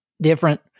different